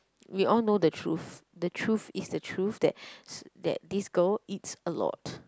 we all know the truth the truth is the truth that s~ that this girl eats a lot